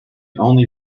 only